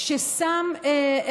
ששם,